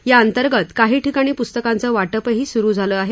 या अंतर्गत काही ठिकाणी पुस्तकांचं वाटपही सुरू झालं आहे